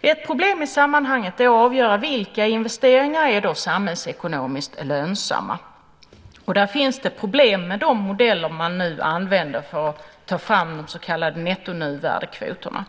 Ett problem i sammanhanget är att avgöra vilka investeringar som är samhällsekonomiskt lönsamma. Där finns det problem med de modeller man nu använder för att ta fram de så kallade nettonuvärdekvoterna.